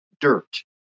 dirt